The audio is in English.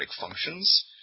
functions